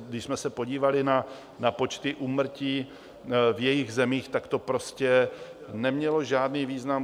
Když jsme se podívali na počty úmrtí v jejich zemích, tak to prostě nemělo žádný význam.